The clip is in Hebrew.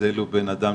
ההבדל הוא בין אדם,